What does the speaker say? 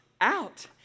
out